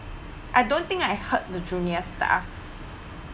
I don't think I hurt the junior staff